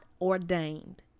ordained